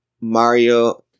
Mario